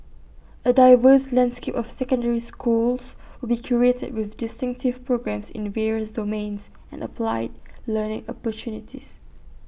A diverse landscape of secondary schools will be created with distinctive programmes in various domains and applied learning opportunities